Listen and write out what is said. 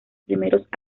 primeros